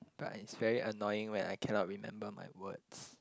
but it's very annoying when I cannot remember my words